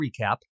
recap